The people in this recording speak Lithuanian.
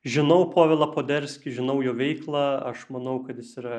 žinau povilą poderskį žinau jo veiklą aš manau kad jis yra